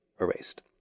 erased